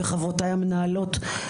וחברותיי המנהלות,